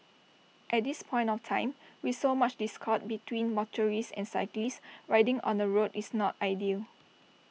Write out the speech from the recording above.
at this point of time with so much discord between motorists and cyclists riding on the road is not ideal